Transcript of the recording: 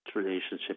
relationship